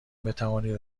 بتوانید